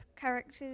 characters